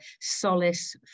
solace